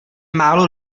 málo